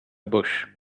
bush